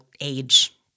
age